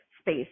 space